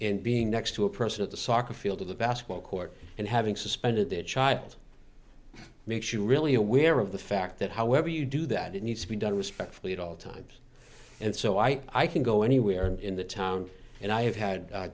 and being next to a person at the soccer field to the basket court and having suspended the child makes you really aware of the fact that however you do that it needs to be done respectfully at all times and so i can go anywhere in the town and i have had